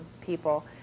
people